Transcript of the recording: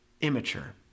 immature